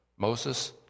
Moses